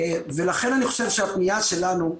ולכן אני חושב שהפנייה שלנו,